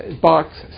box